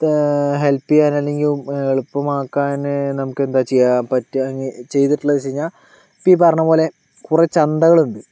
help ചെയ്യാൻ അല്ലെങ്കിൽ എളുപ്പമാക്കാൻ നമ്മൾക്ക് എന്താ ചെയ്യാൻ പറ്റുക ചെയ്തിട്ടുള്ളത് എന്താണെന്ന് വെച്ച് കഴിഞ്ഞാൽ ഇപ്പോൾ ഈ പറഞ്ഞത്പോലെ കുറെ ചന്തകൾ ഉണ്ട്